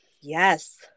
Yes